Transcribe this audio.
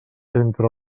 entre